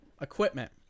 equipment